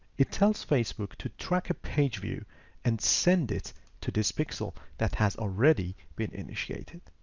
it tells facebook to track a page view and send it to this pixel that has already been initiated.